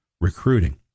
recruiting